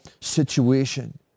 situation